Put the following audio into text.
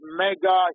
mega